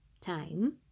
Time